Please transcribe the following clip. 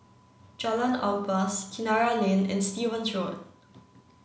Jalan Ampas Kinara Lane and Stevens Road